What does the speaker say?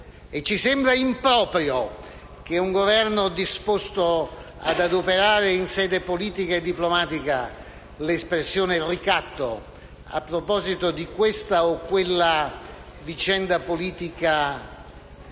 E riteniamo improprio che un Governo disposto ad adoperare, in sede politica e diplomatica, l'espressione «ricatto» a proposito di questa o quella vicenda politica,